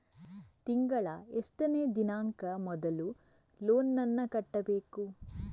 ತಿಂಗಳ ಎಷ್ಟನೇ ದಿನಾಂಕ ಮೊದಲು ಲೋನ್ ನನ್ನ ಕಟ್ಟಬೇಕು?